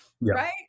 right